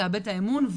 לאבד את האמון,